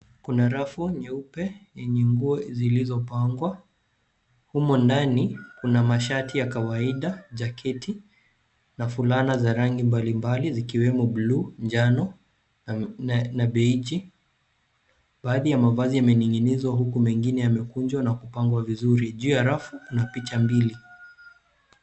Kuna rafu nyeupe, yenye nguo zilizopangwa, humo ndani kuna mashati ya kawaida, jaketi, na fulana za rangi mbalimbali, zikiwemo blue , njano, na beji. Baadhi ya mavazi yamening'inizwa, huku mengine yamekunjwa, na kupangwa vizuri. Juu ya rafu kuna picha mbili.